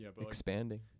expanding